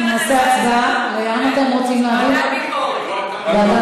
ועדת ביקורת.